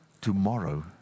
tomorrow